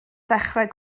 ddechrau